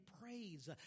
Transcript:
praise